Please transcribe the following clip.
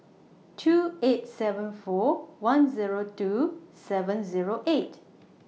two eight seven four one Zero two seven Zero eight